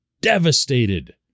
devastated